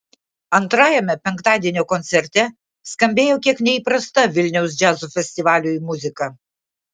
antrajame penktadienio koncerte skambėjo kiek neįprasta vilniaus džiazo festivaliui muzika